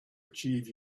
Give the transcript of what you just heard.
achieve